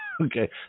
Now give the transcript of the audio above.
Okay